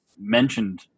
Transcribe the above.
mentioned